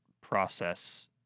process